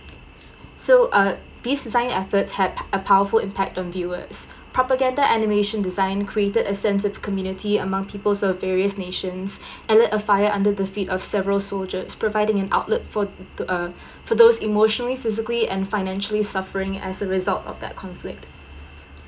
so uh these design efforts had p~ a powerful impact on viewers propaganda animation design created a sense of community among peoples of various nations and let a fire under the feet of several soldiers providing an outlet for th~ uh for those emotionally physically and financially suffering as a result of that conflict